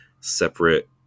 separate